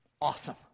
awesome